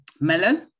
melon